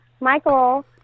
Michael